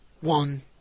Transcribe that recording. one